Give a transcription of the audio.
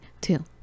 two